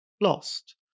lost